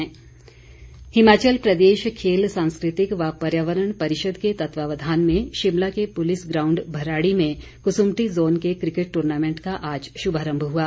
cricket Himachal Pradesh खेल सांस्कृतिक व पर्यावरण परिषद के तत्वावधान में शिमला के पुलिस ग्राउंड भराड़ी में कुसुम्पटी जोन के क्रिकेट टूर्नामेंट का आज शुभारम्भ हुआ